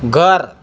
गर